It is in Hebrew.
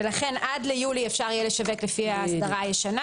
לכן עד יולי אפשר יהיה לשווק לפי ההסדרה הישנה